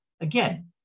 again